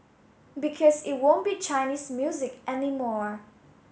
because it won't be Chinese music anymore